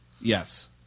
Yes